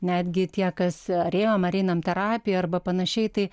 netgi tie kas ar ėjom ar einam terapiją arba panašiai tai